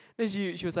then she she was like